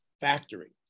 factory